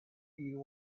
you